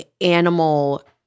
animal